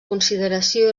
consideració